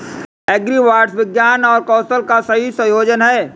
agribots विज्ञान और कौशल का सही संयोजन हैं